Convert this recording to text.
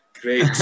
great